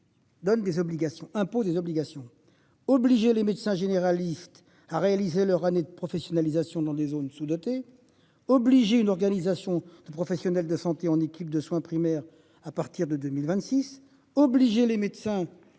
Donne des obligations impôts des obligations obliger les médecins généralistes à réaliser leur année de professionnalisation dans des zones sous-dotées obligé une organisation de professionnels de santé en équipe de soins primaires à partir de 2026 obliger les médecins